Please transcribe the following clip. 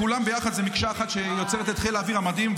כולם ביחד זה מקשה אחת שיוצרת את חיל האוויר המדהים,